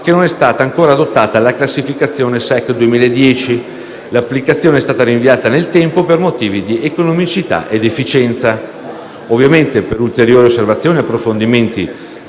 che non è stata ancora adottata la classificazione Sec 2010. L'applicazione è stata rinviata nel tempo per motivi di economicità ed efficienza. Per ulteriori osservazioni e approfondimenti